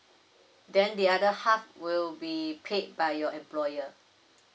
then the other half will be paid by your employer